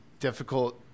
Difficult